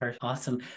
Awesome